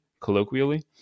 colloquially